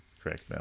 correct